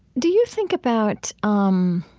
do you think about um